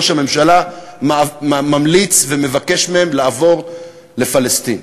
ראש הממשלה ממליץ ומבקש מהם לעבור לפלסטין.